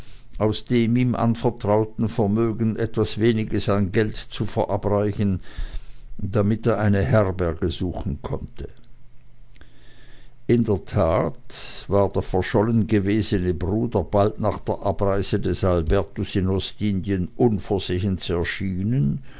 aus dem ihm anvertrauten vermögen etwas weniges an geld zu verabreichen damit er eine herberge suchen konnte in der tat war der verschollen gewesene bruder bald nach der abreise des albertus in ostindien unversehens erschienen